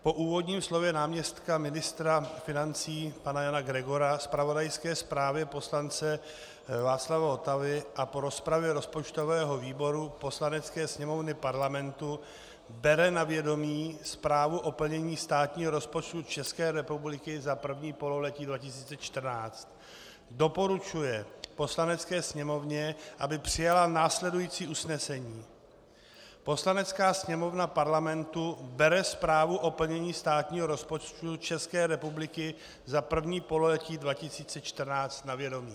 Po úvodním slově náměstka ministra financí pana Jana Gregora, zpravodajské zprávě poslance Václava Votavy a po rozpravě rozpočtový výbor Poslanecké sněmovny Parlamentu bere na vědomí zprávu o plnění státního rozpočtu České republiky za první pololetí 2014; doporučuje Poslanecké sněmovně, aby přijala následující usnesení: Poslanecká sněmovna Parlamentu bere zprávu o plnění státního rozpočtu České republiky za první pololetí 2014 na vědomí.